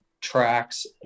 tracks